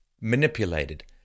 manipulated